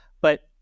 but-